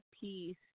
peace